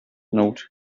note